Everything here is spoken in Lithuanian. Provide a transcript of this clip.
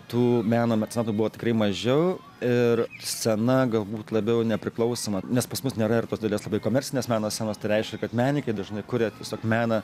tų meno mecenatų buvo tikrai mažiau ir scena galbūt labiau nepriklausoma nes pas mus nėra ir tos didelės labai komercinės meno scenos tai reiškia kad menininkai dažnai kuria tiesiog meną